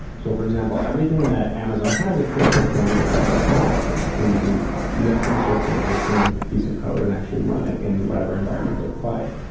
so for example, everything that amazon has is kind of built around this process model where you can lift and shift an and existing piece of code and actually run it in whatever environment they provide.